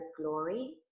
Glory